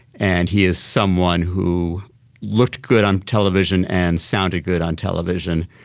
and he is someone who looked good on television and sounded good on television.